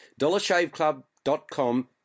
dollarshaveclub.com